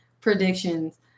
predictions